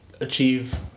Achieve